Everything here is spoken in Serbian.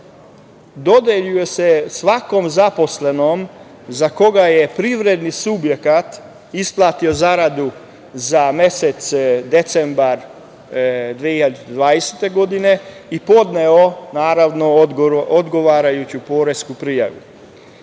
dodeljuje se svakom zaposlenom za koga je privredni subjekat isplatio zaradu za mesec decembar 2020. godine i podneo, naravno, odgovarajuću poresku prijavu. Kao